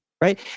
Right